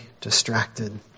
distracted